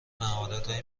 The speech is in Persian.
مهارتهایی